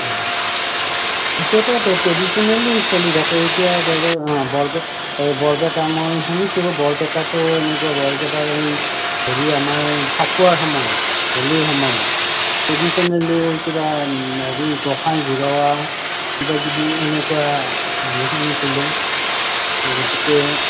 অঁ সেইটোতো ট্ৰেডিচনেলি চলি থাকে এতিয়া ধৰক বৰপেটা বৰপেটা মই শুনিছোঁ বৰপেটাতো এনেকুৱা বৰপেটাৰ সেই হেৰি আমাৰ ফাকুৱাৰ সময়ত হোলিৰ সময়ত ট্ৰেডিচনেলি কিবা হেৰি গোসাঁই ঘূৰুৱা কিবাকিবি এনেকুৱা হেৰি শুনিছিলোঁ গতিকে